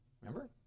Remember